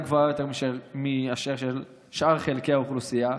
גבוהה יותר מאשר של שאר חלקי האוכלוסייה.